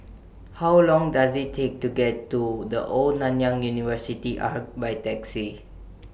How Long Does IT Take to get to The Old Nanyang University Arch By Taxi